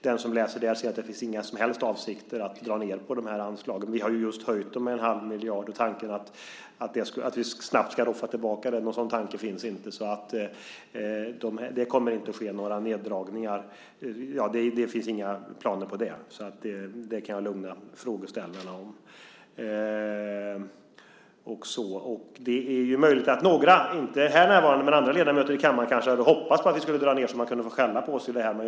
Den som läser det kan se att det inte finns några som helst avsikter att dra ned på dessa anslag. Vi har just höjt dem med 1⁄2 miljard, och någon tanke på att vi snabbt ska få tillbaka dem finns inte. Det kommer inte att ske några neddragningar. Jag kan lugna frågeställarna med att det inte finns några planer på det. Det är möjligt att några, inte här närvarande men andra ledamöter av kammaren, kanske hade hoppats att vi skulle dra ned på anslaget så att de kunde få skälla på oss.